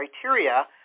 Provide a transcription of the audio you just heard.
criteria